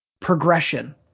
progression